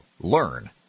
Learn